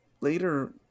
later